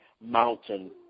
mountain